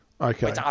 Okay